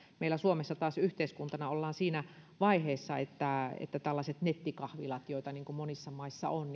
meillä suomessa taas yhteiskuntana ollaan siinä vaiheessa että tällaisia nettikahviloita joita monissa maissa on